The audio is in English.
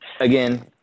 again